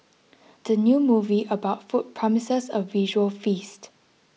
the new movie about food promises a visual feast